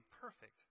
perfect